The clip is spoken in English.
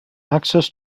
access